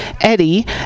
Eddie